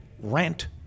rent